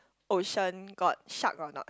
ocean got shark or not